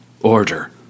Order